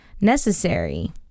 necessary